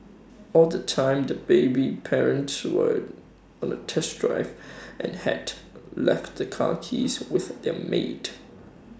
all the time the baby's parents were on A test drive and had left the car keys with their maid